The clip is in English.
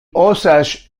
osage